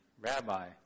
Rabbi